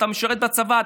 אתה משרת בצבא,